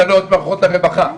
צריך לראות מערכות הרווחה,